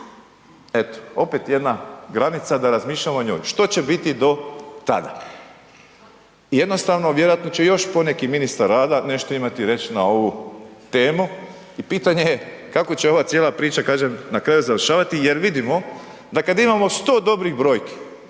Eto opet jedna granica da razmišljamo o njoj što će biti do tada. Jednostavno vjerojatno će još poneki ministar rada nešto imati reći na ovu temu i pitanje je kako će ova cijela priča kažem, na kraju završavati jer vidimo da kad imamo 100 dobrih brojki,